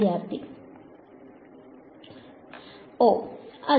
വിദ്യാർത്ഥി 0